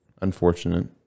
unfortunate